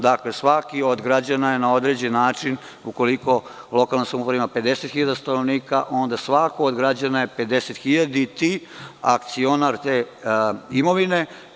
Dakle, svako od građana je na određeni način, ukoliko lokalna samouprava ima 50.000 stanovnika, onda je svako od građana pedesethiljaditi akcionar te imovine.